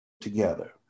together